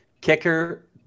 kicker